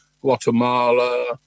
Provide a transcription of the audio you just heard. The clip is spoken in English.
Guatemala